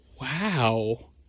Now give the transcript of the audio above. Wow